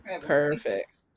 Perfect